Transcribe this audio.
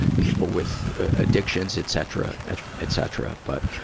people with addiction, etc, etc. but,